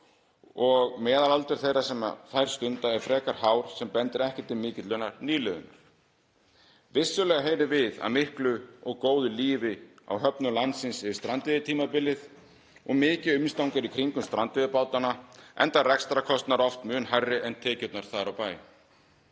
og meðalaldur þeirra sem þær stunda er frekar hár sem bendir ekki til mikillar nýliðunar. Vissulega heyrum við af miklu og góðu lífi á höfnum landsins yfir strandveiðitímabilið og það er mikið umstang í kringum strandveiðibátana enda rekstrarkostnaður oft mun hærri en tekjurnar þar á bæ.